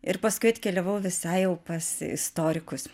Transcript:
ir paskui keliavau visai jau pas istorikus